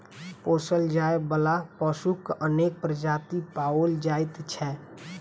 पोसल जाय बला पशुक अनेक प्रजाति पाओल जाइत छै